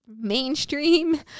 mainstream